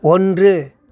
ஒன்று